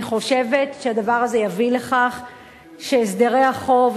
אני חושבת שהדבר הזה יביא לכך שהסדרי החוב,